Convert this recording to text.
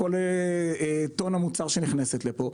או כל טון מוצר שנכנס לפה,